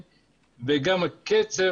המצב